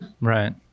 Right